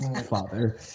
father